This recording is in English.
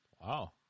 Wow